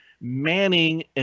manning